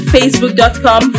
Facebook.com